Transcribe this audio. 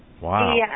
Wow